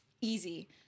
easy